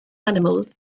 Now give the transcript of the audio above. animals